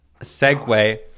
segue